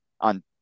on